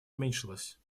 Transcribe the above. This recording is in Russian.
уменьшилось